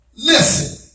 Listen